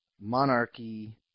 monarchy